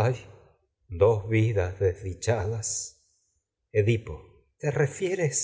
ay dos vidas desdichadas edipo te refieres